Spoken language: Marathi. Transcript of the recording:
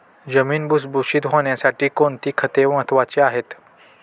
जमीन भुसभुशीत होण्यासाठी कोणती खते महत्वाची आहेत?